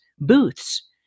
booths